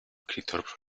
escritor